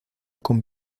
con